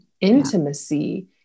intimacy